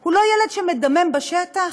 הוא לא ילד שמדמם בשטח?